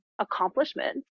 accomplishments